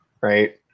right